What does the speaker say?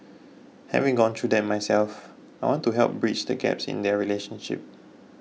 having gone through that myself I want to help bridge the gaps in their relationship